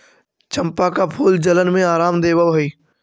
चंपा का फूल जलन में आराम देवअ हई